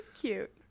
Cute